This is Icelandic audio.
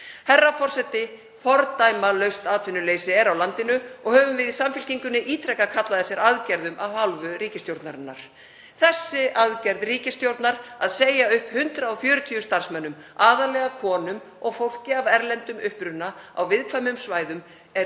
Herra forseti. Fordæmalaust atvinnuleysi er á landinu og höfum við í Samfylkingunni ítrekað kallað eftir aðgerðum af hálfu ríkisstjórnarinnar. Þessi aðgerð ríkisstjórnar, að segja upp 140 starfsmönnum, aðallega konum og fólki af erlendum uppruna á viðkvæmum svæðum, er